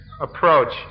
approach